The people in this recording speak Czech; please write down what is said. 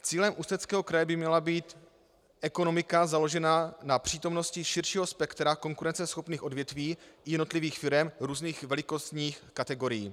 Cílem Ústeckého kraje by měla být ekonomika založená na přítomnosti širšího spektra konkurenceschopných odvětví jednotlivých firem různých velikostních kategorií.